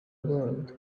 world